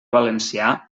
valencià